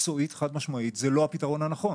מקצועית חד משמעית זה לא הפתרון הנכון.